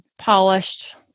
polished